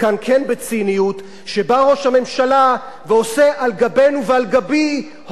שבא ראש הממשלה ועושה על גבנו ועל גבי הון הסברתי בעולם.